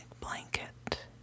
blanket